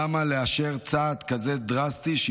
למה לאשר צעד דרסטי כזה,